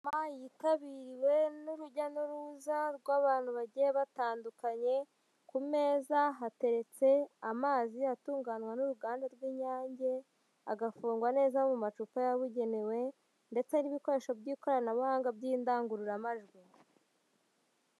Inama yitabiriwe n'urujya n'uruza rw'abantu bagiye batandukanye ku meza hateretse amazi atunganywa n'uruganda rw'inyange, agafungwa neza mu macupa yabugenewe ndetse n'ibikoresho by'ikoranabuhanga by'indangururamajwi.